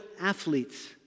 athletes